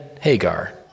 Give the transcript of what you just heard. Hagar